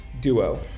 duo